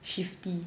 shifty